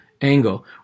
angle